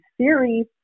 series